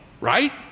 right